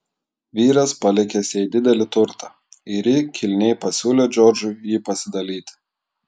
vyras palikęs jai didelį turtą ir ji kilniai pasiūlė džordžui jį pasidalyti